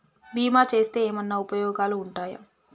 బీమా చేస్తే ఏమన్నా ఉపయోగాలు ఉంటయా?